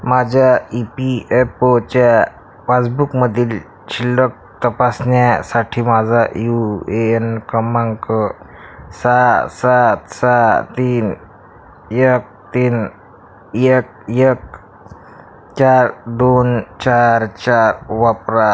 माझ्या E P F ओच्या पासबुकमधली शिल्लक तपासण्यासाठी माझा यू ए एन क्रमांक सहा सात सहा तीन एक तीन एक एक चार दोन चार चार वापरा